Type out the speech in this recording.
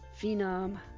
phenom